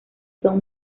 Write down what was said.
son